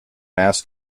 mass